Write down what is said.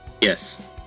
Yes